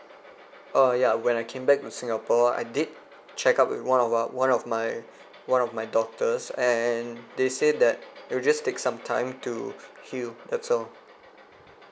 uh ya when I came back to singapore I did check up with one of our one of my one of my doctors and they say that it'll just take some time to heal that's all